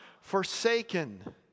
forsaken